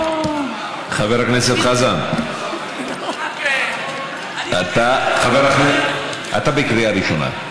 חבר הכנסת חזן, חבר הכנסת חזן, אתה בקריאה ראשונה.